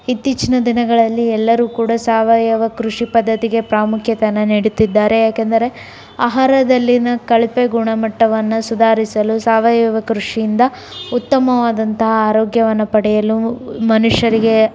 ಇತ್ತೀಚಿನ ದಿನಗಳಲ್ಲಿ ಎಲ್ಲರೂ ಕೂಡ ಸಾವಯವ ಕೃಷಿ ಪದ್ದತಿಗೆ ಪ್ರಾಮುಖ್ಯತೆಯನ್ನು ನೀಡುತ್ತಿದ್ದಾರೆ ಯಾಕೆಂದರೆ ಆಹಾರದಲ್ಲಿನ ಕಳಪೆ ಗುಣಮಟ್ಟವನ್ನು ಸುಧಾರಿಸಲು ಸಾವಯವ ಕೃಷಿಯಿಂದ ಉತ್ತಮವಾದಂತಹ ಆರೋಗ್ಯವನ್ನು ಪಡೆಯಲು ಮನುಷ್ಯರಿಗೆ